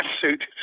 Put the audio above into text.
suit